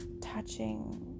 touching